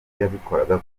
yabikoraga